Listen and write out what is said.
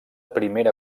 primera